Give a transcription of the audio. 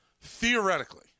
theoretically